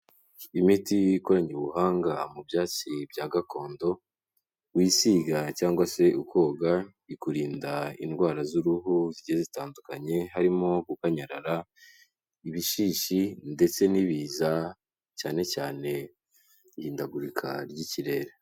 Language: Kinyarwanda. Imiti ikoranye ubuhanga mu byatsi bya gakondo wisiga cyangwa se ukoga, ikurinda indwara z'uruhu zigiye zitandukanye harimo gukanyara, ibishishi ndetse n'ibiza cyane cyane ihindagurika ry'ikirere.